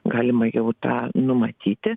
galima jau tą numatyti